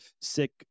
sick